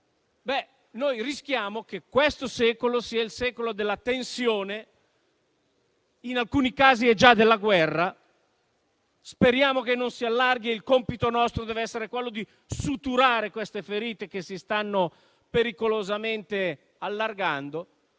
noi rischiamo che quello attuale sia il secolo della tensione, e in alcuni casi è già della guerra, che speriamo non si allarghi. Il nostro compito deve essere quello di suturare queste ferite, che si stanno pericolosamente allargando,